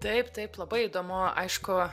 taip taip labai įdomu aišku